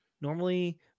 Normally